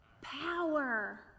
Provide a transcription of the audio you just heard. Power